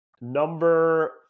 number